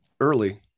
early